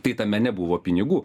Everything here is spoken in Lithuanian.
tai tame nebuvo pinigų